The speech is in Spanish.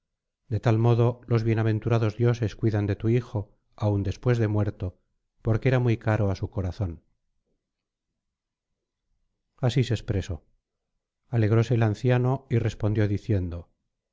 de tal modo los bienaventurados dioses cuidan de tu hijo aun después de muerto porque era muy caro á su corazon así se expresó alegróse el anciano y respondió diciendo